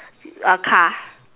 uh car